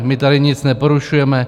My tady nic neporušujeme.